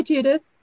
Judith